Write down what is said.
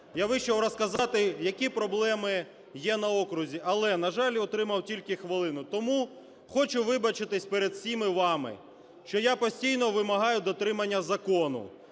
Я вийшов розказати, які проблеми є на окрузі, але, на жаль, я отримав тільки хвилину. Тому хочу вибачитись перед всіма вами, що я постійно вимагаю дотримання закону.